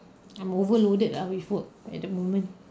I'm overloaded ah with work at the moment